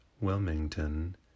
Wilmington